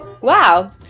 Wow